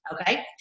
okay